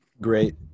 Great